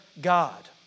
God